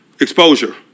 exposure